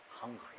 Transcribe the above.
hungry